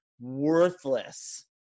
Worthless